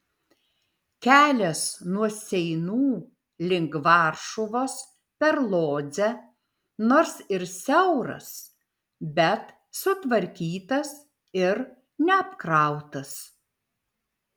kelias nuo seinų link varšuvos per lodzę nors ir siauras bet sutvarkytas ir neapkrautas